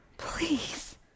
Please